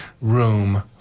room